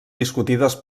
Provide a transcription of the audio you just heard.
discutides